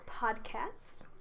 podcasts